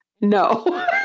No